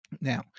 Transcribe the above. Now